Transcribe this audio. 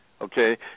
Okay